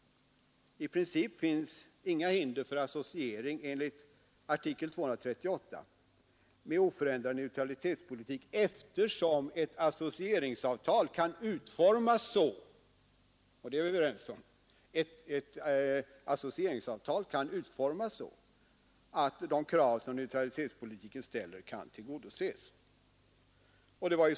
I princip finns inga hinder för en associering enligt artikel 238 med oförändrad neutralitetspolitik, eftersom ett associeringsavtal kan utformas så — och det är vi överens om — att de krav som neutralitetspolitiken ställer kan tillgodoses.